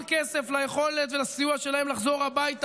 כסף ליכולת ולסיוע שלהם לחזור הביתה,